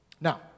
Now